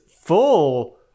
full